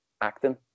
acting